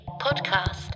podcast